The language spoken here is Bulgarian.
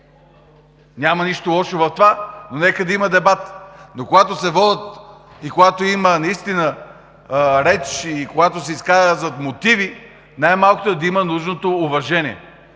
Няма нищо лошо в това, но нека да има дебат. Но когато се водят дебати, когато има реч и когато се изказват мотиви, най-малкото е да има нужното уважение.